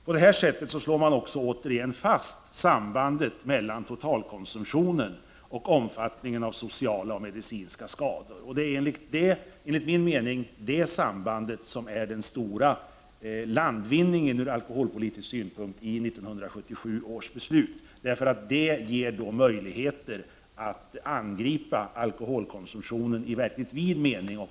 På det här sättet slår man återigen fast sambandet mellan totalkonsumtio nen och omfattningen av sociala och medicinska skador. Det är enligt min mening det sambandet som är den stora landvinningen ur alkoholpolitisk synpunkt i 1977 års beslut. Det ger möjligheter att angripa alkoholkonsumtionen i verkligt vid mening.